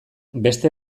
beste